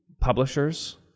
publishers